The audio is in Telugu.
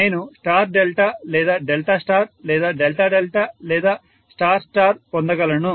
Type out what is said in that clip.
నేను స్టార్ డెల్టా లేదా డెల్టా స్టార్ లేదా డెల్టా డెల్టా లేదా స్టార్ స్టార్ పొందగలను